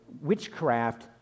witchcraft